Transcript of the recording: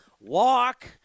walk